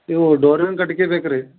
ಇವು ಡೋರಿನ ಕಟ್ಗಿ ಬೇಕು ರೀ